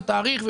תאריך,